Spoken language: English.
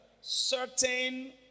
certain